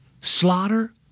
slaughter